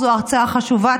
זו הצעה חשובה.